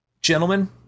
Gentlemen